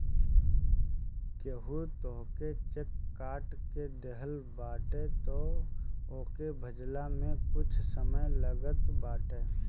केहू तोहके चेक काट के देहले बाटे तअ ओके भजला में कुछ समय लागत बाटे